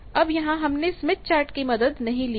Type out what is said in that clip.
अब यहां हमने स्मिथ चार्ट की मदद नहीं ली है